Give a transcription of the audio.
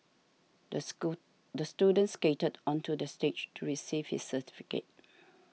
the school the student skated onto the stage to receive his certificate